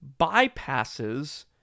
bypasses